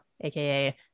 AKA